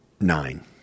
nine